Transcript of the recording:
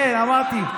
כן, אמרתי.